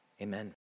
Amen